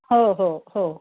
हो हो हो